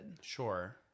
Sure